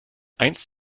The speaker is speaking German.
eins